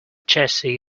jessie